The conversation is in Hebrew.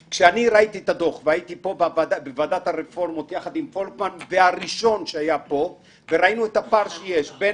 כשהייתי בוועדת הרפורמות יחד עם פולקמן וראיתי את הפער שיש בין